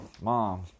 mom